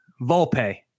Volpe